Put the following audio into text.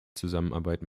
zusammenarbeit